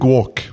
Walk